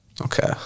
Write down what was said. Okay